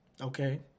Okay